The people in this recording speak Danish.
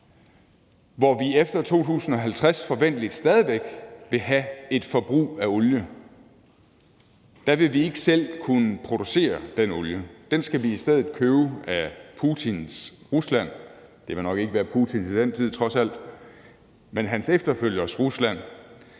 som efter 2050 forventelig stadig væk vil have et forbrug af olie, ikke selv vil kunne producere den olie. Den skal vi i stedet købe af Putins Rusland – det vil nok ikke være Putins til den tid, trods alt, men hans efterfølgeres Rusland